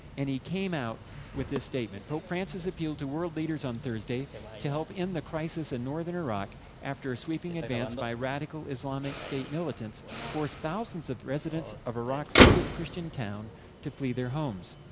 and he came out with this statement. pope francis appealed to world leaders on thursday to help end the crisis in northern iraq after a sweeping advance by radical islamic state militants forced thousands of residents of iraq's biggest christian town to flee their homes.